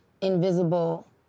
invisible